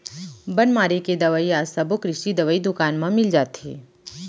बन मारे के दवई आज सबो कृषि दवई दुकान म मिल जाथे